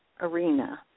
arena